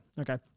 okay